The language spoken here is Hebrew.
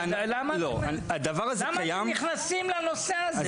למה אתם נכנסים לנושא הזה?